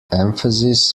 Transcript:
emphasis